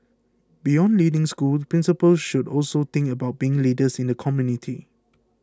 beyond leading schools principals should also think about being leaders in the community